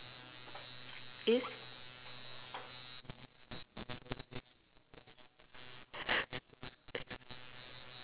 yes